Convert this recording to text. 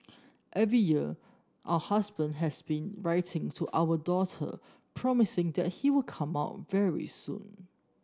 every year husband has been writing to our daughter promising that he will come out very soon